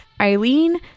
Eileen